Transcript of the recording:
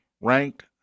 ranked